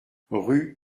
rue